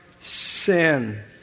sin